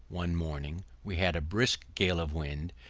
one morning we had a brisk gale of wind,